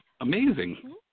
amazing